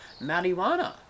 marijuana